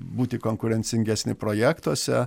būti konkurencingesni projektuose